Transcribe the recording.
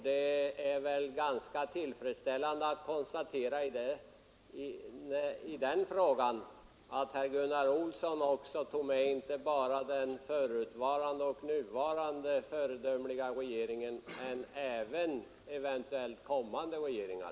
Det är tillfredsställande att kunna konstatera att herr Olsson därvidlag tog med inte bara den förutvarande och den nuvarande föredömliga regeringen utan även kommande regeringar.